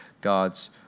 God's